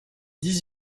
dix